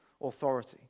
authority